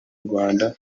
rwanda